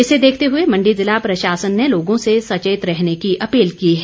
इसे देखते हुए मंडी जिला प्रशासन ने लोगों से सचेत रहने की अपील की है